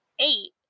eight